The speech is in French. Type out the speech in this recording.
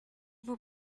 vous